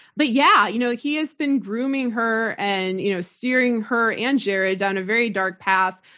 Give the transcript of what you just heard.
but, yeah. you know he has been grooming her and you know steering her and jared down a very dark path.